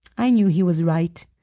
i knew he was right.